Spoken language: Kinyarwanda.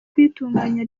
kuyitunganya